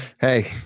hey